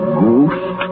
ghost